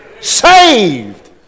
saved